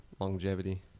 longevity